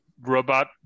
robot